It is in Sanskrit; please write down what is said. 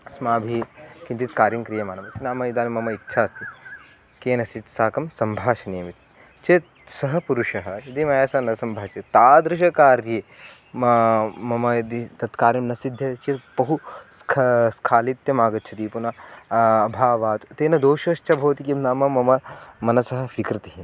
अस्माभिः किञ्चित् कार्यं क्रियमाणमस्ति नाम इदानीं मम इच्छा अस्ति केनचित् साकं सम्भाषणीयमिति चेत् सः पुरुषः यदि मया सह न सम्भाष्यते तादृशे कार्ये मा मम यदि तत् कार्यं न सिध्यति चेत् बहु स्खा स्खालित्यमागच्छति पुनः अभावात् तेन दोषश्च भवति किं नाम मम मनसः विकृतिः